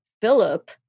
Philip